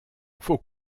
faut